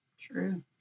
true